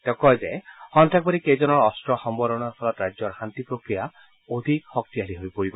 তেওঁ কয় যে সন্তাসবাদীকেইজনৰ অস্ত্ৰ সম্বৰণৰ ফলত ৰাজ্যৰ শান্তি প্ৰক্ৰিয়া অধিক শক্তিশালী হৈ পৰিব